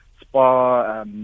spa